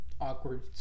awkward